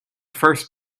first